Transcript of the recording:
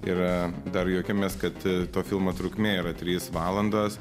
ir dar juokėmės kad to filmo trukmė yra trys valandos